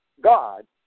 God